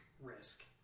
risk